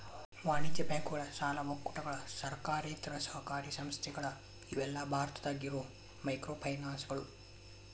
ವಾಣಿಜ್ಯ ಬ್ಯಾಂಕುಗಳ ಸಾಲ ಒಕ್ಕೂಟಗಳ ಸರ್ಕಾರೇತರ ಸಹಕಾರಿ ಸಂಸ್ಥೆಗಳ ಇವೆಲ್ಲಾ ಭಾರತದಾಗ ಇರೋ ಮೈಕ್ರೋಫೈನಾನ್ಸ್ಗಳು